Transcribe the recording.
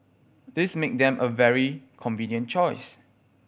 this make them a very convenient choice